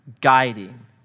guiding